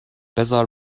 بزار